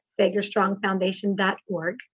SagerStrongFoundation.org